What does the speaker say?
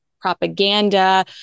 propaganda